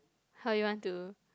how you want to